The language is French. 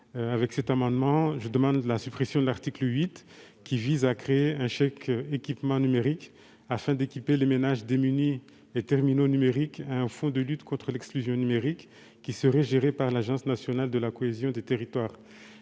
Cet amendement tend à supprimer l'article 8, qui crée un chèque-équipement numérique afin d'équiper les ménages démunis en terminaux numériques et un fonds de lutte contre l'exclusion numérique, géré par l'Agence nationale de la cohésion des territoires